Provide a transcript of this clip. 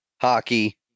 hockey